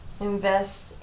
Invest